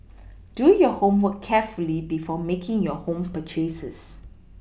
do your homework carefully before making your home purchases